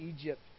Egypt